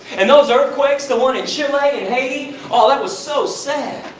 and those earthquakes. the one in chile, and haiti. aww, that was so sad!